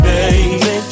Baby